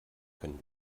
können